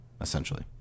essentially